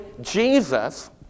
Jesus